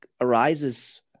arises